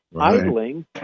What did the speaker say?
idling